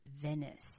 Venice